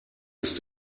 ist